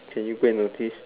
can you go and notice